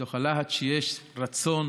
מתוך הלהט שיש רצון